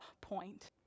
point